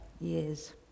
years